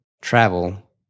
travel